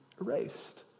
erased